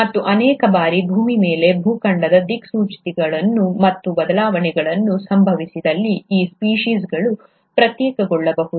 ಮತ್ತು ಅನೇಕ ಬಾರಿ ಭೂಮಿಯ ಮೇಲೆ ಭೂಖಂಡದ ದಿಕ್ಚ್ಯುತಿಗಳು ಮತ್ತು ಬದಲಾವಣೆಗಳು ಸಂಭವಿಸಿದಲ್ಲಿ ಈ ಸ್ಪೀಸೀಸ್ಗಳು ಪ್ರತ್ಯೇಕಗೊಳ್ಳಬಹುದು